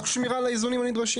תוך שמירה על האיזונים הנדרשים.